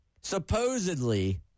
Supposedly